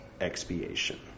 Expiation